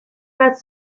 bat